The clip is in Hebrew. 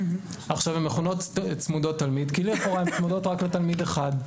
כאילו הן צמודות רק לתלמיד אחד.